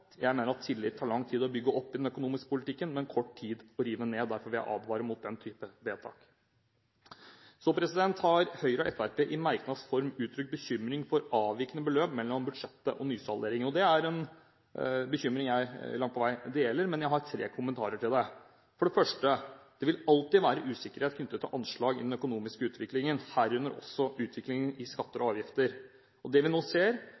Jeg mener at tillit tar lang tid å bygge opp i den økonomiske politikken, men kort tid å rive ned. Derfor vil jeg advare mot den typen vedtak. Så har Høyre og Fremskrittspartiet i merknads form uttrykt bekymring over avvikende beløp når det gjelder budsjettet og nysalderingen. Det er en bekymring jeg langt på vei deler, men jeg har tre kommentarer til det. For det første: Det vil alltid være usikkerhet knyttet til anslag innen den økonomiske utviklingen, herunder også utviklingen i skatter og avgifter. Det vi nå ser